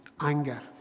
anger